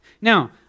Now